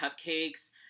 cupcakes